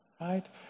right